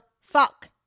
Fuck